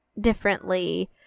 differently